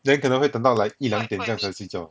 then 可能会等到 like 一两点这样才睡觉